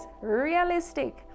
realistic